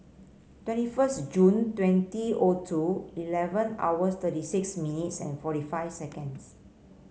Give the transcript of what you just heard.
twenty first June twenty O two eleven hours thirty six minutes and forty five seconds